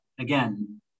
again